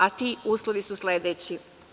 A ti uslovi su sledeći.